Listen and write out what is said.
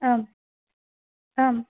आम् आम्